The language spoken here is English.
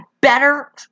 better